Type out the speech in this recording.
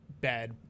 bad